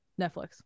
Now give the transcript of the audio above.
Netflix